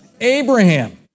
Abraham